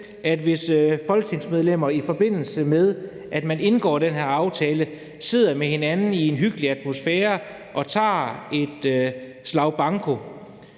at hvis folketingsmedlemmer, i forbindelse med at man indgår den her aftale, sidder med hinanden i en hyggelig atmosfære og tager et slang banko,